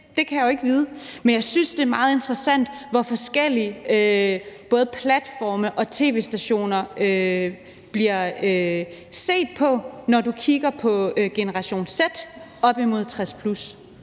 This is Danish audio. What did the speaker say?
Det kan jeg jo ikke vide. Men jeg synes, det er meget interessant, hvor forskelligt både platforme og tv-stationer bliver set på, når du kigger på generation Z op imod 60+.